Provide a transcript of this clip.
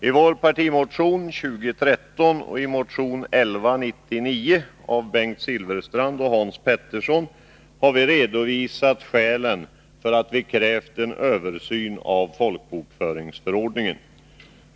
I vår partimotion 2013 och i motion 1199 av Bengt Silfverstrand och Hans Pettersson i Helsingborg har vi redovisat skälen för att vi har krävt en översyn av folkbokföringsförordningen.